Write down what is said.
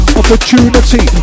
opportunity